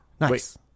Nice